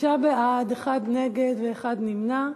שישה בעד, אחד נגד ואחד נמנע.